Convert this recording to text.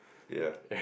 ya